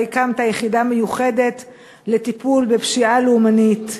אתה הקמת יחידה מיוחדת לטיפול בפשיעה לאומנית.